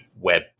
web